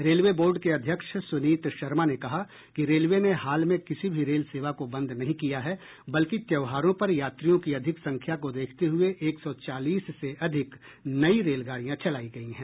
railway board के अध्यक्ष सुनीत शर्मा ने कहा कि रेलवे ने हाल में किसी भी रेल सेवा को बंद नहीं किया है बल्कि त्यौहारों पर यात्रियों की अधिक संख्या को देखते हुए एक सौ चालीस से अधिक नई रेलगाड़ियां चलाई गई हैं